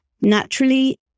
naturally